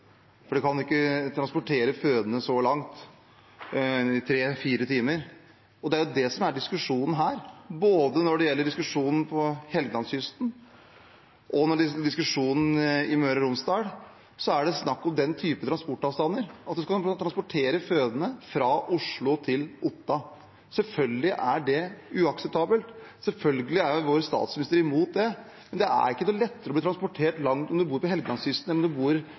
for man kan ikke transportere fødende så langt, i tre–fire timer. Og det er det som er diskusjonen her: Når det gjelder diskusjonen på Helgelandskysten og i Møre og Romsdal, er det snakk om den typen transportavstander: at man skal transportere fødende fra Oslo til Otta. Selvfølgelig er det uakseptabelt, selvfølgelig er vår statsminister imot det. Men det er ikke noe lettere å bli transportert langt om man bor på Helgelandskysten eller på Nordmøre. Det bør være samme standard om man bor